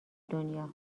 دنیا